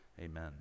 Amen